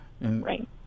Right